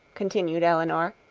continued elinor,